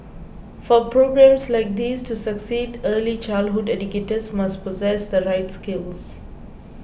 for programmes like these to succeed early childhood educators must possess the right skills